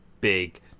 big